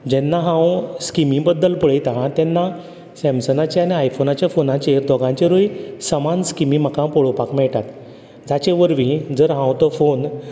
जेन्ना हांव स्किमी बद्दल पळयता तेन्ना सॅमसंगाची आनी आयफोनाच्या फोनाचेर तो दोगांयचेरूय समान स्किमी म्हाका पळोवपाक मेळटात जाचे वरवीं हें जर हांव तो फोन